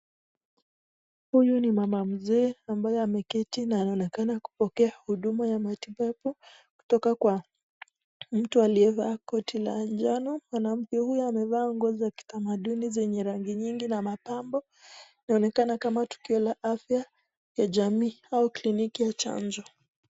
Huyu ni mama nzee ambaye ameketi, na anaonekana kupokea huduma ya matibabu kutoka kwa mtu aliye vaa koti la njano, mwanamke huyu amevaa nguo za kitamaduni zenye rangi nyingi na mapambo. Naonekana kama tukio la afya ya jamii au kiliniki ya chanjo.